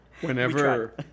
Whenever